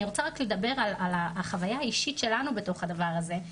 אני רוצה רק לדבר על החוויה האישית שלנו בתוך הדבר הזה.